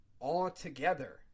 altogether